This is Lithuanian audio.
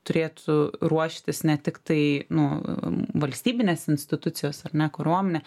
turėtų ruoštis ne tiktai nu valstybinės institucijos ar ne karuomenė